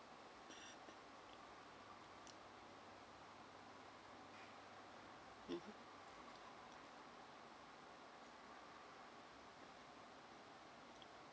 mmhmm